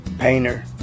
painter